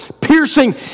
piercing